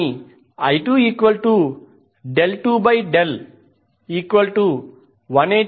కానీ I2∆2∆180 j80682